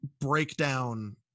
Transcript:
breakdown